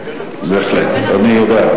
בהחלט, אני יודע.